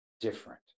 different